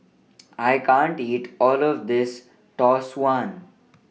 I can't eat All of This Tau Suan